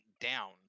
down